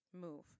move